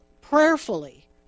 prayerfully